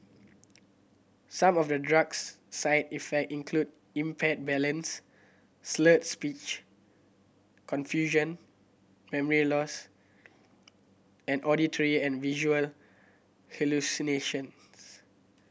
some of the drug's side effect include impaired balance slurred speech confusion memory loss and auditory and visual hallucinations